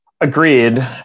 Agreed